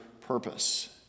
purpose